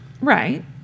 Right